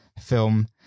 film